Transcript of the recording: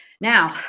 Now